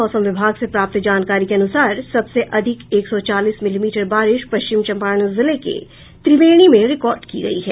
मौसम विभाग से प्राप्त जानकारी के अनुसार सबसे अधिक एक सौ चालीस मिलीमीटर बारिश पश्चिम चंपारण जिले के त्रिवेणी में रिकॉर्ड की गयी है